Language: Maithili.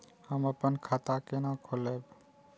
हम अपन खाता केना खोलैब?